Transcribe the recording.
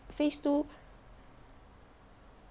phase two